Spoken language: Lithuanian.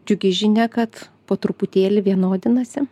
džiugi žinia kad po truputėlį vienodinasi